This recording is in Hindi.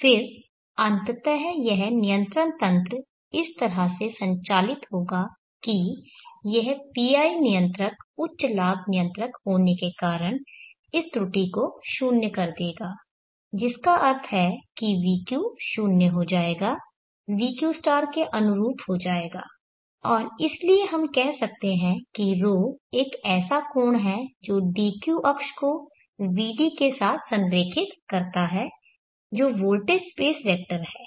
फिर अंततः यह नियंत्रण तंत्र इस तरह से संचालित होगा कि यह PI नियंत्रक उच्च लाभ नियंत्रक होने के कारण इस त्रुटि को 0 कर देगा जिसका अर्थ है कि vq 0 हो जाएगा vq के अनुरूप हो जाएगा और इसलिए हम कह सकते हैं कि ρ एक ऐसा कोण है जो dq अक्ष को vd के साथ संरेखित करता है जो वोल्टेज स्पेस वेक्टर है